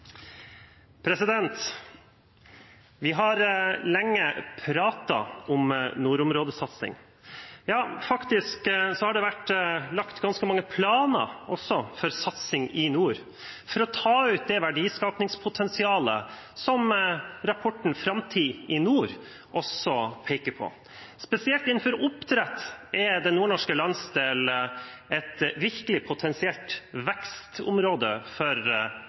føremålet. Vi har lenge pratet om nordområdesatsing, ja faktisk har det vært lagt ganske mange planer også for satsing i nord for å ta ut det verdiskapingspotensialet som rapporten Framtid i Nord også peker på. Spesielt innenfor oppdrett er den nordnorske landsdelen et virkelig potensielt vekstområde for